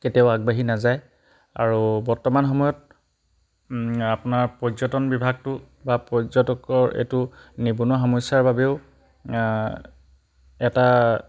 কেতিয়াও আগবাঢ়ি নাযায় আৰু বৰ্তমান সময়ত আপোনাৰ পৰ্যটন বিভাগটো বা পৰ্যটকৰ এইটো নিবনুৱা সমস্যাৰ বাবেও এটা